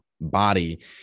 body